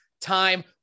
time